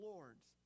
Lords